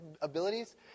abilities